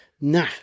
Nah